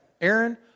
Aaron